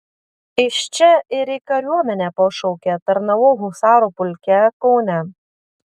iš čia ir į kariuomenę pašaukė tarnavau husarų pulke kaune